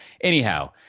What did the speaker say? Anyhow